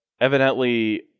evidently